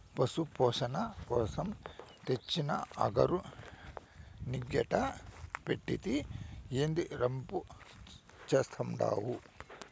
పశుల పోసణ కోసరం తెచ్చిన అగరు నీకెట్టా పెట్టేది, ఏందీ రంపు చేత్తండావు